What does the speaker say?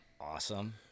Awesome